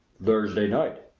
thursday night,